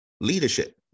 Leadership